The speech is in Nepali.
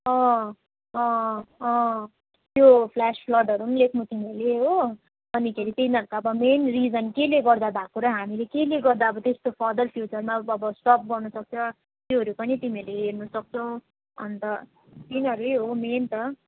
अँ अँ अँ त्यो फ्लेसफ्लडहरू नि लेख्नु तिमीहरूले हो अनि खेरि तिनीहरूको अब मेन रिजन केले गर्दा भएको र हामीले केले गर्दा अब त्यस्तो फर्दर फ्युचरमा अब अब स्टप गर्नसक्छ त्योहरू पनि तिमीहरूले हेर्नसक्छौ अन्त तिनीहरू हो मेन त